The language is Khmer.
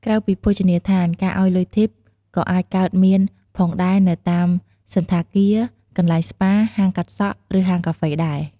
ក្រៅពីភោជនីយដ្ឋាន ការឲ្យលុយធីប ក៏អាចកើតមានផងដែរនៅតាមសណ្ឋាគារ កន្លែងស្ប៉ា ហាងកាត់សក់ ឬហាងកាហ្វេដែរ។